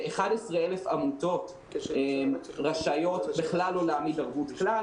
11,000 עמותות רשאיות לא להעמיד ערבות בכלל.